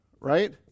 right